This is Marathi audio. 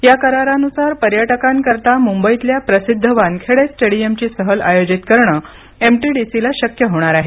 या करारानुसार पर्यटकां करता मुंबईतल्या प्रसिद्ध वानखेडे स्टेडीयम ची सहल आयोजित करणं एमटीडीसी ला शक्य होणार आहे